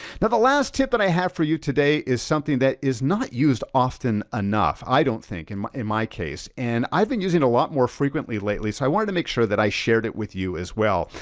the last tip that i have for you today is something that is not used often enough, i don't think, and in my case. and i've been using it a lot more frequently lately, so i wanted to make sure that i shared it with you as well.